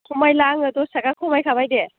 खमायला आङो दस थाखा खमायखाबाय दे